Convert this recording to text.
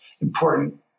important